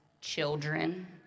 children